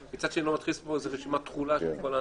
מצד שני לא נכניס פה רשימת תכולה של כל האנשים.